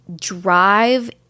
drive